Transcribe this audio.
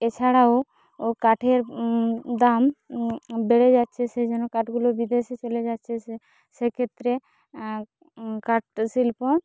এছাড়াও ও কাঠের দাম বেড়ে যাচ্ছে সেই জন্য কাঠগুলো বিদেশে চলে যাচ্ছে সে সেক্ষেত্রে কাঠ শিল্প